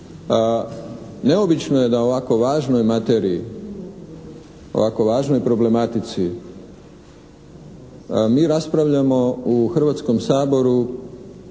Neobično je da o ovako važnoj materiji, o ovako važnoj problematici mi raspravljamo u Hrvatskom saboru